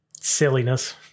silliness